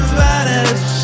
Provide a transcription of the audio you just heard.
vanish